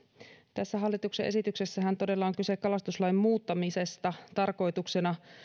tässä hallituksen esityksessähän todella on kyse kalastuslain muuttamisesta tarkoituksena